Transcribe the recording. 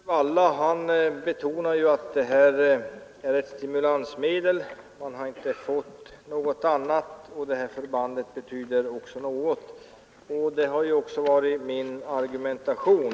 Herr talman! Herr Gustafsson i Uddevalla betonar att detta är ett stimulansmedel. Man har inte fått något annat, och det här förbandet betyder ändå något. Det har också varit min argumentation.